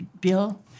Bill